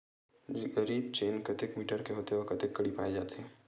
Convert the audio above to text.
जरीब चेन कतेक मीटर के होथे व कतेक कडी पाए जाथे?